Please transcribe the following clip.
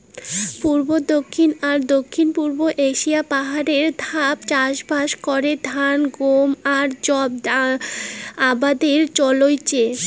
পুব, দক্ষিণ আর দক্ষিণ পুব এশিয়ার পাহাড়ে ধাপ চাষবাস করে ধান, গম আর যব আবাদে চইলচে